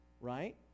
right